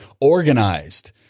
organized